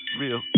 Real